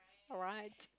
all right